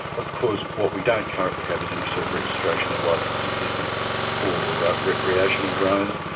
of course what we don't currently have is any sort of registration or licensing system for recreational drones.